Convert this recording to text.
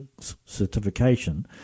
certification